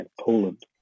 Poland